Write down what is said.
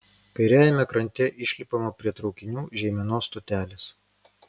kairiajame krante išlipama prie traukinių žeimenos stotelės